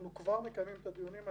אנחנו כבר מקיימים את הדיונים האלה.